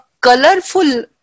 colorful